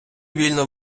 вільно